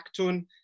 Actun